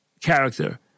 character